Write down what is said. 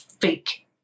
fake